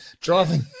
driving